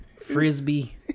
Frisbee